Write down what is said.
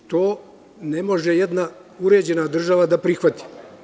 To ne može jedna uređena država da prihvati.